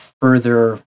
further